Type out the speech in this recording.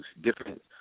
different